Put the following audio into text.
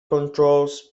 controls